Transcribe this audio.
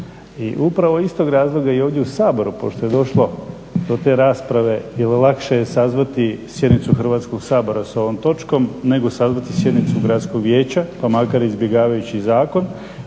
I upravo iz tog razloga i ovdje u Saboru pošto je došlo do te rasprave jer lakše je sazvati sjednicu Hrvatskog sabora sa ovom točkom nego sazvati sjednicu Gradskog vijeća, pa makar izbjegavajući zakon.